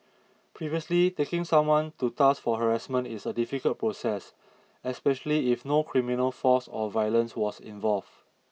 previously taking someone to task for harassment is a difficult process especially if no criminal force or violence was involved